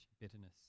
bitterness